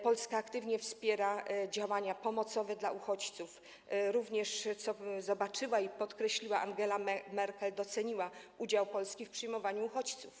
Polska aktywnie wspiera działania pomocowe dla uchodźców, co zobaczyła i podkreśliła Angela Merkel, która doceniła udział Polski w przyjmowaniu uchodźców.